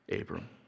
Abram